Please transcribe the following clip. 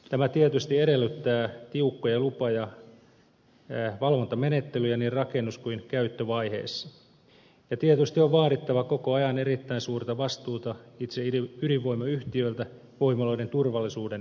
tämä tietysti edellyttää tiukkoja lupa ja valvontamenettelyjä niin rakennus kuin käyttövaiheessa ja tietysti on vaadittava koko ajan erittäin suurta vastuuta itse ydinvoimayhtiöiltä voimaloiden turvallisuuden huolehtimisessa